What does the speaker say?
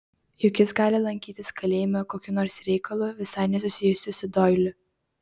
juk jis gali lankytis kalėjime kokiu nors reikalu visai nesusijusiu su doiliu